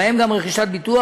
ובהם גם רכישת ביטוח,